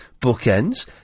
bookends